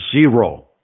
Zero